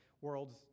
world's